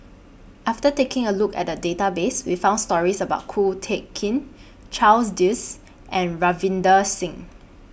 after taking A Look At The Database We found stories about Ko Teck Kin Charles Dyce and Ravinder Singh